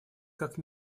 как